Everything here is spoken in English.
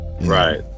Right